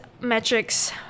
metrics